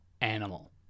animal